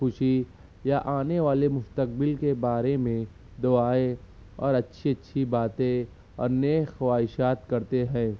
خوشی یا آنے والے مستقبل کے بارے میں دعائیں اور اچھی اچھی باتیں اور نیک خواہشات کرتے ہیں